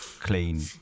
clean